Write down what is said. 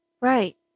Right